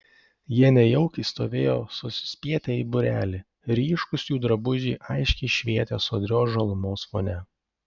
jie nejaukiai stovėjo susispietę į būrelį ryškūs jų drabužiai aiškiai švietė sodrios žalumos fone